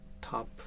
top